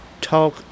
talk